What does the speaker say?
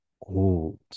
old